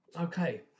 okay